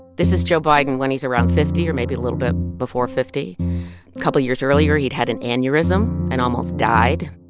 this is joe biden when he's around fifty or maybe a little bit before fifty. a couple of years earlier, he'd had an aneurysm and almost died.